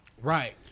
Right